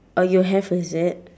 oh you have is it